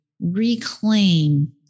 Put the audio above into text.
reclaim